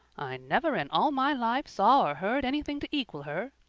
i never in all my life saw or heard anything to equal her,